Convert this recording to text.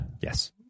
yes